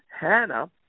Hannah